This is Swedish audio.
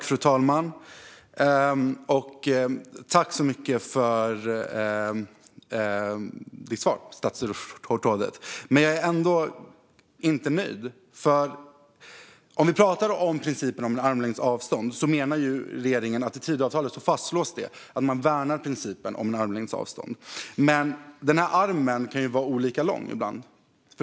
Fru talman! Jag tackar för statsrådets svar, men jag är ändå inte nöjd. Om vi pratar om principen om armlängds avstånd menar regeringen att det i Tidöavtalet fastslås att man värnar principen om armlängds avstånd. Men denna arm kan vara olika lång ibland.